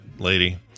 lady